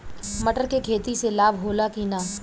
मटर के खेती से लाभ होला कि न?